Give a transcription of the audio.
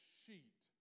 sheet